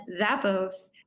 Zappos